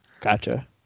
Gotcha